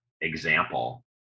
example